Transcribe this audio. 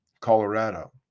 Colorado